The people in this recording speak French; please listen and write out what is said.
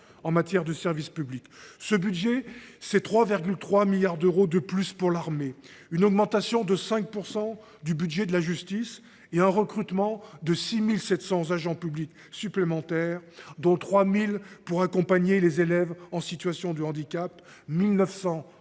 en matière de services publics. Ce projet de loi de finances prévoit 3,3 milliards d’euros de plus pour l’armée, une augmentation de 5 % du budget de la justice et le recrutement de plus de 7 000 agents publics supplémentaires, dont 3 000 pour accompagner les élèves en situation de handicap, 1 900